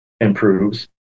improves